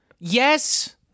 Yes